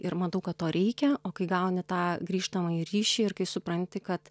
ir matau kad to reikia o kai gauni tą grįžtamąjį ryšį ir kai supranti kad